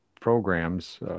programs